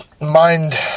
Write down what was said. mind